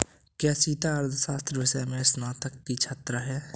क्या सीता अर्थशास्त्र विषय में स्नातक की छात्रा है?